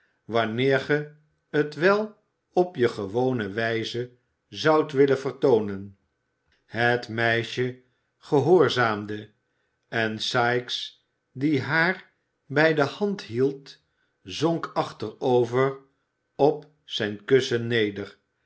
wanneer ge het wel op je i gewone wijze zoudt willen vertoonen het meisje gehoorzaamde en sikes die haar bij de hand hield zonk achterover op zijn kussen neder